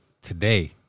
today